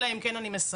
אלא אם כן אני מסרב,